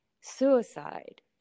suicide